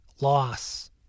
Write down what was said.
loss